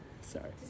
sorry